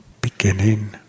beginning